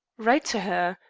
write to her.